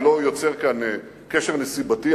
אני לא יוצר כאן קשר נסיבתי,